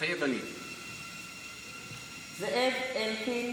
מתחייב אני יינון אזולאי,